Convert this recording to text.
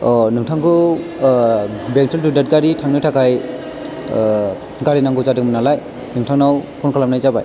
नोंथांखौ बेंटल डादगारि थांनो थाखाय गारि नांगौ जादोंमोन नालाय नोंथांनाव फन खालामनाय जाबाय